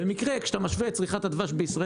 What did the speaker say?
במקרה כשאתה משווה את צריכת הדבש בישראל